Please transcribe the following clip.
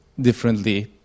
differently